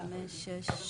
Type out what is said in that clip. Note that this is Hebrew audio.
יושב-ראש הוועדה עכשיו,